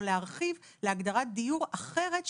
או להרחיב להגדרת דיור אחרת,